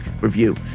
review